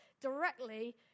directly